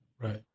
Right